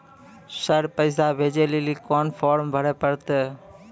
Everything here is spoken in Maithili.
सर पैसा भेजै लेली कोन फॉर्म भरे परतै?